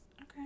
Okay